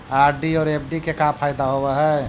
RD और FD के का फायदा होव हई?